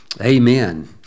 Amen